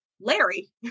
Larry